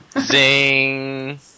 Zing